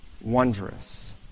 wondrous